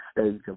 stage